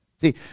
See